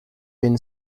been